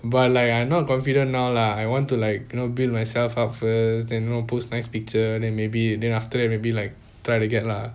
but like I not confident now lah I want to like you know build myself up first then you know post nice picture then maybe then after that maybe like try to get lah